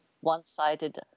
one-sided